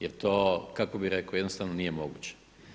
Jer to kako bih rekao jednostavno nije moguće.